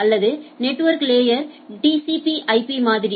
அல்லது network layer TCP ஐபிTCPIP மாதிரி